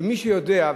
ומי שיודע,